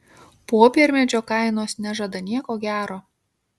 popiermedžio kainos nežada nieko gero